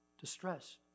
Distress